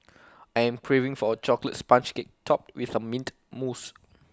I am craving for A Chocolate Sponge Cake Topped with A Mint Mousse